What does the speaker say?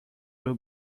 will